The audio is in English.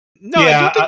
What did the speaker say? No